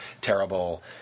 terrible